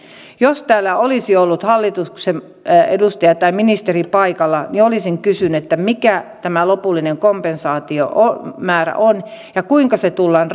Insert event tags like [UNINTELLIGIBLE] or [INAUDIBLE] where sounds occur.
jos täällä olisi ollut hallituksen edustaja tai ministeri paikalla olisin kysynyt mikä tämä lopullinen kompensaatiomäärä on ja kuinka se tullaan [UNINTELLIGIBLE]